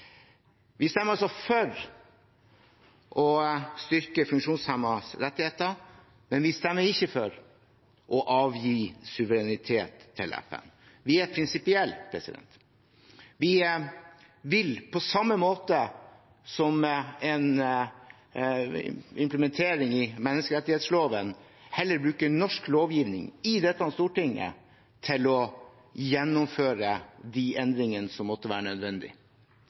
Vi stemmer altså for å styrke funksjonshemmedes rettigheter, men vi stemmer ikke for å avgi suverenitet til FN. Vi er prinsipielle. Vi vil, på samme måte som en implementering i menneskerettsloven, heller bruke norsk lovgivning i dette storting til å gjennomføre de endringene som måtte være